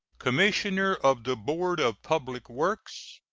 commissioner of the board of public works,